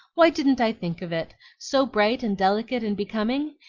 why didn't i think of it? so bright and delicate and becoming?